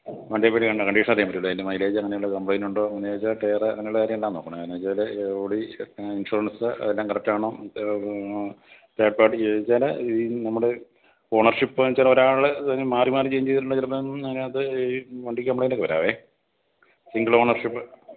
വണ്ടിയെപ്പറ്റി കണ്ട കണ്ടീഷൻ അറിയാൻ പറ്റുകയുള്ളു അതിൻ്റെ മൈലേജ് അങ്ങനെയുള്ള കമ്പ്ലൈൻറ്റുണ്ടോ ടയർ അങ്ങനെയുള്ള കാര്യങ്ങൾ ഉണ്ടോ നോക്കണം അതിനു വണ്ടി ഓടി ഇൻഷുറൻസ് എല്ലാം കറക്റ്റാണോ തേർഡ് പാർട്ടി ചില ഈ നമ്മുടെ ഓണർഷിപ്പ് എന്നു വെച്ചാൽ ഒരാൾ തന്നെ മാറി മാറി ചേഞ്ച് ചെയ്തിട്ടുണ്ടെങ്കിൽ ചിലപ്പോൾ അതിൻറ്റകത്തെ ഈ വണ്ടിക്ക് കമ്പ്ലൈൻറ്റൊക്കെ വരാമേ സിംഗിൾ ഓണർഷിപ്പ്